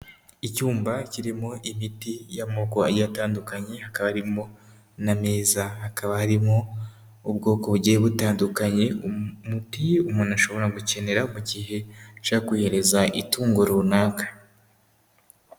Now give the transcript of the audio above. Icyumba kirimo imiti y'amoko agiye atandukanye hakaba harimo n'ameza, hakaba harimo ubwoko bugiye butandukanye, umuti umuntu ashobora gukenera mu gihe ashaka kuyihereza itungo runaka.